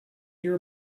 your